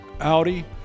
Audi